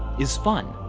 is fun.